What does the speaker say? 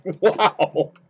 wow